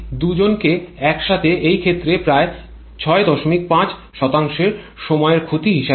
এই দুজনকে একসাথে এই ক্ষেত্রে প্রায় ৬৫ এর সময়ের ক্ষতি হিসাবে উল্লেখ করা যেতে পারে